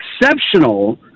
exceptional